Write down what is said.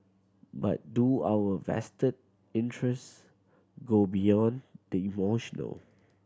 but do our vested interest go beyond the emotional